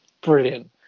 brilliant